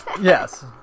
Yes